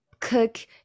cook